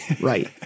right